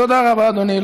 תודה רבה, אדוני.